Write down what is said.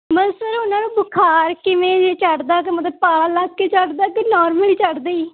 ਬਸ sir ਉਨ੍ਹਾਂ ਨੂੰ ਬੁਖ਼ਾਰ ਕਿਵੇਂ ਜਿਹੇ ਚੜ੍ਹਦਾ ਗਾ ਮਤਲਬ ਪਾਲਾ ਲੱਗ ਕੇ ਚੜ੍ਹਦਾ ਕੇ ਨੋਰਮਲ ਚੜ੍ਹਦਾ ਜੀ